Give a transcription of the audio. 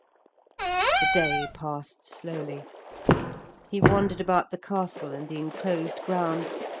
the day passed slowly he wandered about the castle and the enclosed grounds,